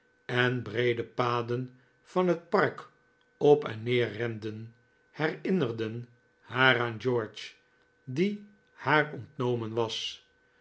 en breede paden van het park op en neer renden herinnerden haar aan george die haar ontnomen was